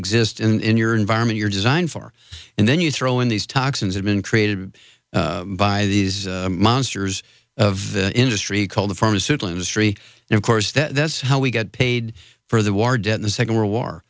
exist in your environment you're designed for and then you throw in these toxins have been created by these monsters of the industry called the pharmaceutical industry and of course that's how we get paid for the war dead in the second world war